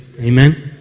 Amen